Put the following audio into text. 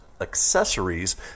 accessories